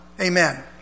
Amen